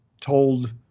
told